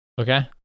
Okay